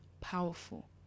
powerful